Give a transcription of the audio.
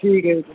ਠੀਕ ਹੈ